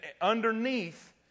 underneath